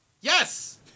Yes